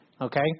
Okay